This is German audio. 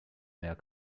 mehr